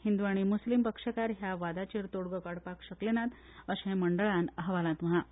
हिंदू आनी मुस्लीम पक्षकार ह्या वादाचेर उपाय काडपाक शकले नात अशें मंडळान अहवालांत म्हळां